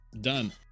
done